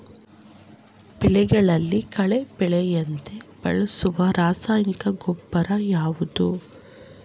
ಬೆಳೆಯಲ್ಲಿ ಕಳೆ ಬೆಳೆಯದಂತೆ ಬಳಸುವ ರಾಸಾಯನಿಕ ಗೊಬ್ಬರ ಯಾವುದು?